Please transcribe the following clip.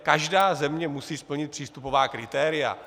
Každá země prostě musí splnit přístupová kritéria.